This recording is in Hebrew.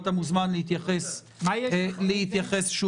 אתה מוזמן להתייחס שוב.